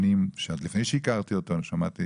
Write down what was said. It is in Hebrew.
במשך שנים; עוד לפני שהכרתי אותו שמעתי